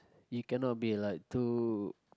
you cannot be like too